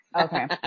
Okay